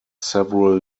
several